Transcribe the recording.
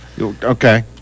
Okay